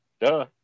Duh